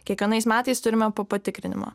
kiekvienais metais turime po patikrinimą